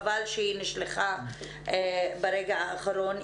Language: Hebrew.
חבל שהיא נשלחה ברגע האחרון.